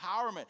empowerment